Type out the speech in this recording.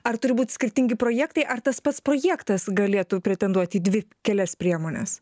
ar turi būt skirtingi projektai ar tas pats projektas galėtų pretenduot į dvi kelias priemones